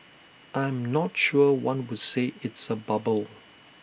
I am not sure one would say it's A bubble